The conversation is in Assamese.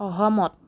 সহমত